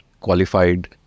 qualified